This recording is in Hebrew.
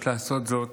יש לעשות זאת